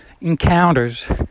encounters